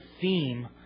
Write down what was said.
theme